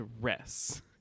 dress